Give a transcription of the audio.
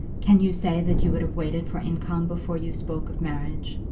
can you say that you would have waited for income before you spoke of marriage?